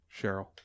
Cheryl